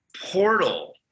portal